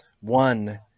one